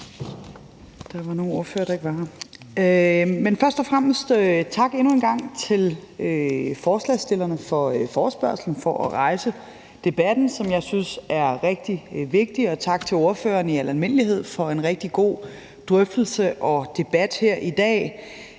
der var nogle ordførere, der ikke var her. Først og fremmest vil jeg endnu en gang sige tak til forslagsstillerne for forespørgslen og for at rejse debatten, som jeg synes er rigtig vigtig, og tak til ordførerne i al almindelighed for en rigtig god drøftelse og debat her i dag.